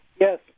Yes